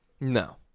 No